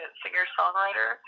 singer-songwriter